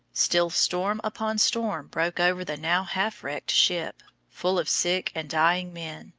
still storm upon storm broke over the now half-wrecked ship, full of sick and dying men,